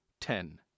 ten